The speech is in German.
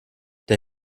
der